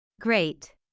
Great